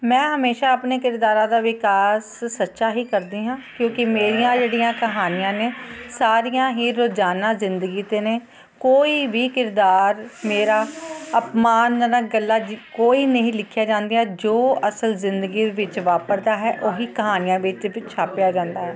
ਮੈਂ ਹਮੇਸ਼ਾਂ ਆਪਣੇ ਕਿਰਦਾਰਾਂ ਦਾ ਵਿਕਾਸ ਸੱਚਾ ਹੀ ਕਰਦੀ ਹਾਂ ਕਿਉਂਕਿ ਮੇਰੀਆਂ ਜਿਹੜੀਆਂ ਕਹਾਣੀਆਂ ਨੇ ਸਾਰੀਆਂ ਹੀ ਰੋਜ਼ਾਨਾ ਜ਼ਿੰਦਗੀ 'ਤੇ ਨੇ ਕੋਈ ਵੀ ਕਿਰਦਾਰ ਮੇਰਾ ਅਪਮਾਨ ਨਾ ਗੱਲਾਂ ਜੀ ਕੋਈ ਨਹੀਂ ਲਿਖਿਆ ਜਾਂਦੀਆਂ ਜੋ ਅਸਲ ਜ਼ਿੰਦਗੀ ਵਿੱਚ ਵਾਪਰਦਾ ਹੈ ਉਹ ਹੀ ਕਹਾਣੀਆਂ ਵਿੱਚ ਛਾਪਿਆ ਜਾਂਦਾ ਹੈ